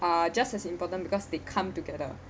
are just as important because they come together